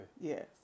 Yes